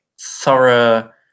thorough